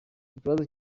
ikibazo